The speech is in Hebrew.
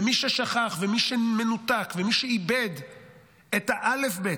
ומי ששכח ומי שמנותק ומי שאיבד את האלף-בית,